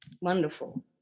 Wonderful